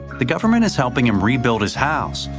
the government is helping him rebuild his house,